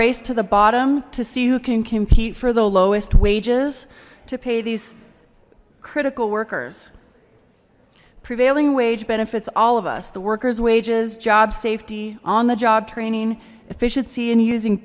race to the bottom to see who can compete for the lowest wages to pay these critical workers prevailing wage benefits all of us the workers wages job safety on the job training efficiency in using